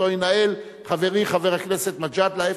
ואותו ינהל חברי חבר הכנסת מג'אדלה,